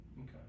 Okay